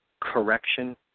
correction